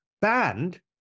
banned